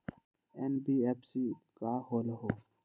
NBFC का होलहु?